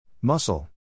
Muscle